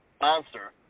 Monster